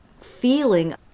feeling